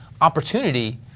opportunity